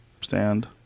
Stand